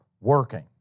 working